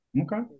okay